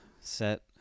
set